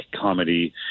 comedy